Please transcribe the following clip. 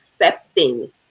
accepting